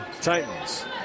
Titans